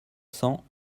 cents